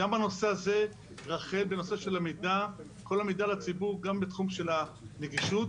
גם בנושא של כל המידע לציבור בתחום הנגישות,